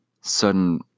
sudden